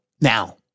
now